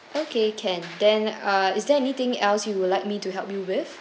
okay can then uh is there anything else you would like me to help you with